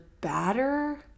batter